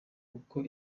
kuko